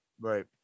right